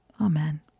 Amen